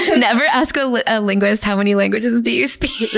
never ask a like ah linguist, how many languages do you speak?